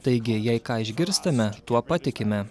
taigi jei ką išgirstame tuo patikime